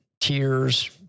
tears